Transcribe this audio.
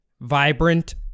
vibrant